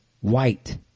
white